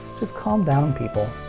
just calm down people.